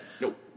Nope